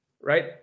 right